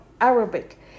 Arabic